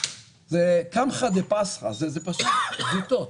הן קמחא דפסחא, זה זוטות.